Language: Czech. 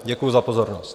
Děkuju za pozornost.